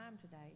today